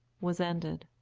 was ended.